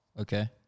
Okay